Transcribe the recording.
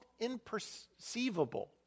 imperceivable